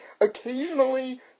occasionally